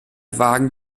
wagen